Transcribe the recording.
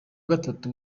gatatu